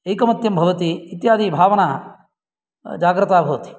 एकमत्यं भवति इत्यादि भावना जाग्रता भवति